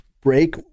break